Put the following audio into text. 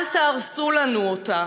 אל תהרסו לנו אותה.